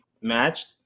matched